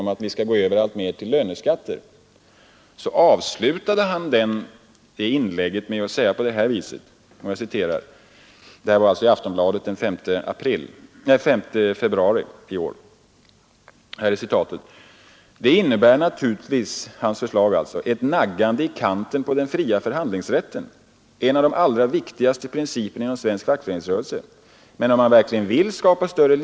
Men vägen ur detta behöver ju inte nödvändigtvis vara att öka antalet byråkrater, utan det kan i stället vara att minska de problem som det behövs byråkrater att sköta. Jag skall ta några exempel. Man kan driva en näringspolitik som gör att företagen, särskilt de mindre och medelstora, kan klara sig bättre.